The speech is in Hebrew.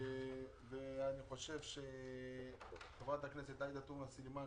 אני חושב שחברת הכנסת עאידה תומא סלימאן,